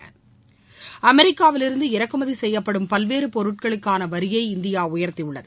பு அமெரிக்காவிலிருந்து இறக்குமதி செய்யப்படும் பல்வேறு பொருட்களுக்கான வரியை இந்தியா உயர்த்தியுள்ளது